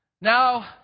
Now